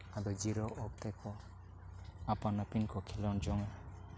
ᱟᱫᱚ ᱡᱤᱨᱟᱹᱣ ᱚᱠᱛᱮᱠᱚ ᱟᱯᱟᱱᱼᱟᱹᱯᱤᱱ ᱠᱚ ᱠᱷᱮᱞᱳᱰ ᱡᱚᱝᱟ